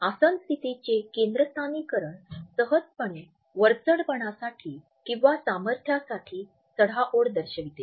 आसन स्थितीचे केंद्रस्थानिकरण सहजपणे वरचढपणासाठी किंवा सामर्थ्यासाठी चढाओढ दर्शविते